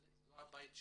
אבל זה הבית שלנו,